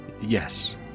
yes